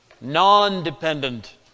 non-dependent